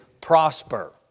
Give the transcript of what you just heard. prosper